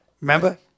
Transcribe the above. Remember